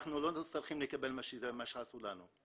אנחנו לא צריכים לקבל מה שעשו לנו,